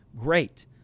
Great